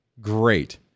great